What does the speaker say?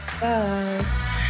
Bye